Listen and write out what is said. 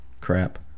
Crap